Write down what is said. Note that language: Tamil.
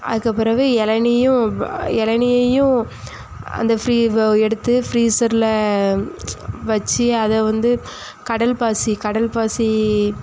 அதுக்குப் பிறகு இளநியும் இளநியையும் அந்த எடுத்து ஃப்ரீஸரில் வச்சு அதை வந்து கடல் பாசி கடல் பாசி